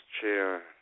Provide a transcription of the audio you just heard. chair